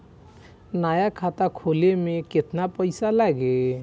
नया खाता खोले मे केतना पईसा लागि?